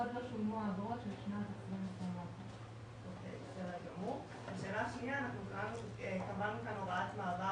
עוד לא שולמו האגרות לשנת 2021. קבענו כאן הוראת מעבר